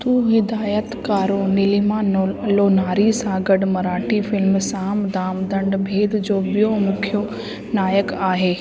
हू हिदायतकारु नीलिमा नोर लोनारी सां गॾु मराठी फ़िल्म साम दाम दंड भेद जो ॿियो मुख्य नायक आहे